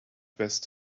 west